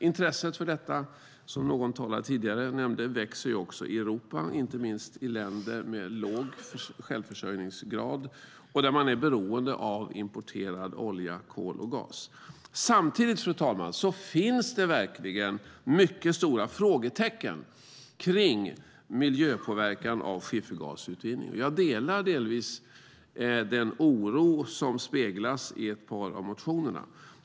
Intresset för detta, som någon talare nämnde tidigare, växer också i Europa, inte minst i länder med låg självförsörjningsgrad och där man är beroende av importerad olja, kol och gas. Samtidigt, fru talman, finns mycket stora frågetecken omkring miljöpåverkan av skiffergasutvinning. Jag delar delvis den oro som speglas i ett par av motionerna.